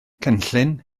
cynllun